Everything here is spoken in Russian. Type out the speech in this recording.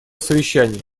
совещания